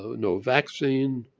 ah no vaccine.